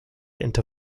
into